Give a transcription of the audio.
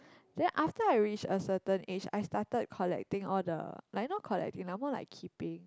then after I reach a certain age I started collecting all the like not collecting like more like keeping